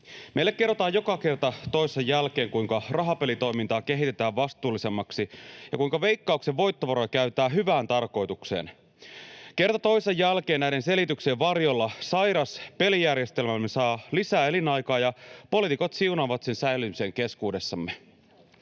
Meille kerrotaan joka kerta toisensa jälkeen, kuinka rahapelitoimintaa kehitetään vastuullisemmaksi ja kuinka Veikkauksen voittovaroja käytetään hyvään tarkoitukseen. Kerta toisensa jälkeen näiden selityksien varjolla sairas pelijärjestelmämme saa lisää elinaikaa, ja poliitikot siunaavat sen säilymisen keskuudessamme.